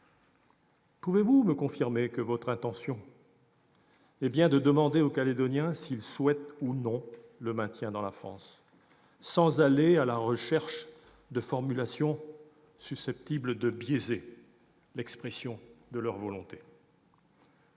pouvez-vous me confirmer que votre intention est bien de demander aux Calédoniens s'ils souhaitent, ou non, le maintien dans la France, sans aller à la recherche de formulations susceptibles de biaiser l'expression de leur volonté ?